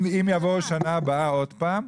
אם יבואו בשנה הבאה עוד פעם,